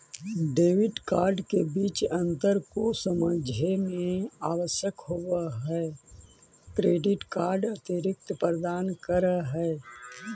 Debit card के बीच अंतर को समझे मे आवश्यक होव है क्रेडिट कार्ड अतिरिक्त प्रदान कर है?